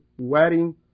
wedding